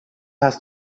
hast